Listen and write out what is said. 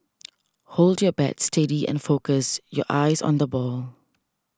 hold your bat steady and focus your eyes on the ball